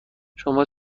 شما